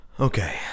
Okay